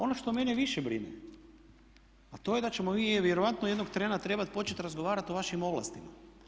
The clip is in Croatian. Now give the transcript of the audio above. Ono što mene više brine, a to je da ćemo mi vjerojatno jednog trena trebati početi razgovarati o vašim ovlastima.